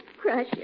crush